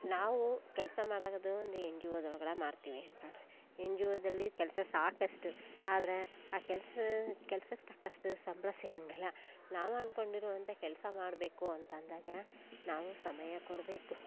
ನಾವು ಕೆಲಸ ಮಾಡೋದು ಒಂದು ಎನ್ ಜಿ ಒದೊಳಗಡೆ ಮಾಡ್ತೀವಿ ಎನ್ ಜಿ ಒದಲ್ಲಿ ಕೆಲಸ ಸಾಕಷ್ಟು ಆದರೆ ಆ ಕೆಲಸ ಕೆಲ್ಸಕ್ಕೆ ತಕ್ಕಷ್ಟು ಸಂಬಳ ಸಿಗೊಂಗಿಲ್ಲ ನಾವು ಅಂದ್ಕೊಂಡಿರುವಂಥ ಕೆಲಸ ಮಾಡಬೇಕು ಅಂತ ಅಂದಾಗ ನಾವು ಸಮಯ ಕೊಡಬೇಕು